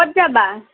ক'ত যাবা